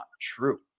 true